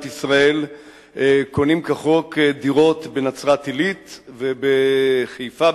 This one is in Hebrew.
ישראל קונים כחוק דירות בנצרת-עילית ובחיפה,